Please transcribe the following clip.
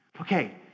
Okay